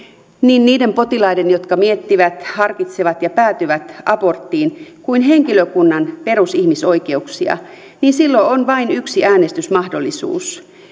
niin niiden potilaiden jotka miettivät harkitsevat ja päätyvät aborttiin kuin henkilökunnankin perusihmisoikeuksia niin silloin on vain yksi äänestysmahdollisuus